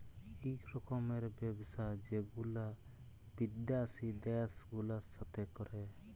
ইক রকমের ব্যবসা যেগুলা বিদ্যাসি দ্যাশ গুলার সাথে ক্যরে